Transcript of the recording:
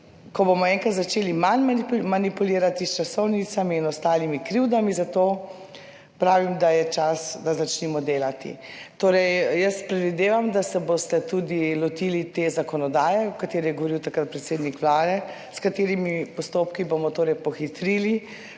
ko bomo enkrat začeli manj manipulirati s časovnicami in ostalimi krivdami, zato pravim, da je čas, da začnimo delati.« Predvidevam torej, da se boste lotili tudi te zakonodaje, o kateri je govoril takrat predsednik Vlade, s katere postopki bomo torej pohitrili